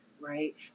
right